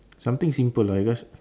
something simple lah because